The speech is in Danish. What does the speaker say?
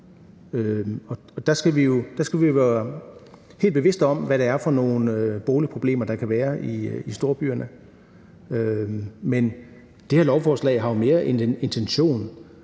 Der skal vi være helt bevidste om, hvad det er for nogle boligproblemer, der kan være i storbyerne. Men det her lovforslag har jo mere som intention